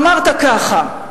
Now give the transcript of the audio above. אמרת ככה: